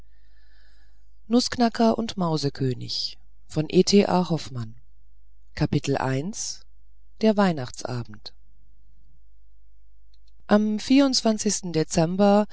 mausekönig der weihnachtsabend am vierundzwanzigsten dezember